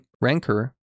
rancor